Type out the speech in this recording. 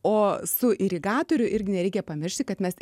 o su irigatoriu irgi nereikia pamiršti kad mes